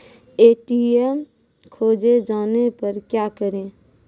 ATM खोजे जाने पर क्या करें?